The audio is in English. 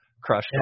crush